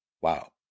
Wow